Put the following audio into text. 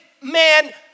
man